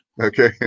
Okay